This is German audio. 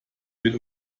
wird